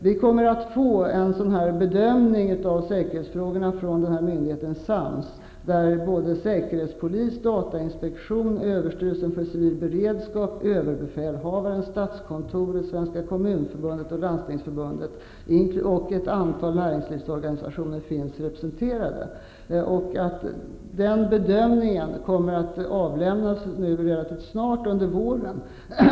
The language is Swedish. Vi kommer att få en bedömning av säkerhetsfrågorna från myndigheten SAMS, där säkerhetspolisen, datainspektionen, överstyrelsen för civil beredskap, överbefälhavaren, statskontoret, Svenska kommunförbundet, Landstingsförbundet och ett antal näringslivsorganisationer finns representerade. Den bedömningen kommer att avlämnas relativt snart under våren.